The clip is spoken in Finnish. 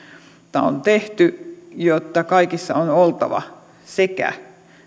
kotoutumista on tehty että kaikissa on oltava sekä